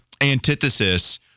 antithesis